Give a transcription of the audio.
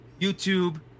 youtube